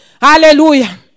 Hallelujah